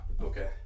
okay